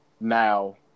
Now